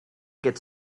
get